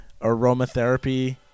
Aromatherapy